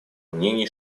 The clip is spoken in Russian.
мнений